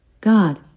God